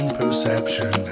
perception